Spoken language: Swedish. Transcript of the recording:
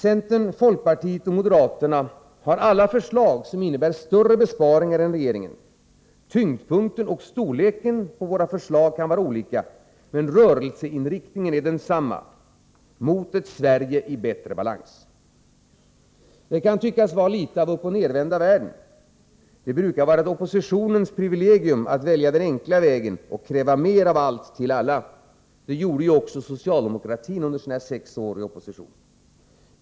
Centern, folkpartiet och moderaterna har alla presenterat förslag som innebär större besparingar än regeringens. Tyngdpunkten och storleken på våra förslag kan vara olika, men rörelseinriktningen är densamma: mot ett Sverige i bättre balans. Detta kan tyckas vara litet av uppochnedvända världen. Det brukar vara ett oppositionens privilegium att välja den enkla vägen och kräva mer av allt till alla. Det gjorde också socialdemokratin under sina sex år i opposition.